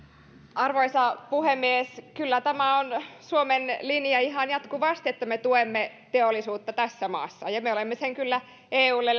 arvoisa puhemies kyllä tämä on suomen linja ihan jatkuvasti että me tuemme teollisuutta tässä maassa ja sen me olemme kyllä eulle